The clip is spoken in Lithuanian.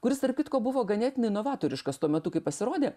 kuris tarp kitko buvo ganėtinai novatoriškas tuo metu kai pasirodė